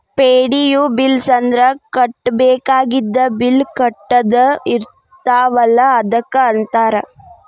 ಪೆ.ಡಿ.ಯು bills ಅಂದ್ರ ಕಟ್ಟಬೇಕಾಗಿದ್ದ bill ಕಟ್ಟದ ಇರ್ತಾವಲ ಅದಕ್ಕ ಅಂತಾರ